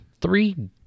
three